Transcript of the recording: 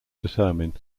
determine